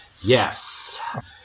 Yes